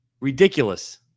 Ridiculous